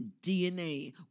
DNA